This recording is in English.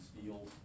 steel